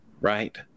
right